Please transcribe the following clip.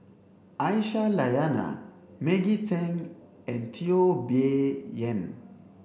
Aisyah Lyana Maggie Teng and Teo Bee Yen